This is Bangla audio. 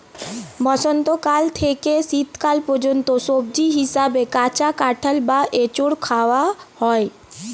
বসন্তকাল থেকে গ্রীষ্মকাল পর্যন্ত সবজি হিসাবে কাঁচা কাঁঠাল বা এঁচোড় খাওয়া হয়